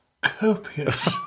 copious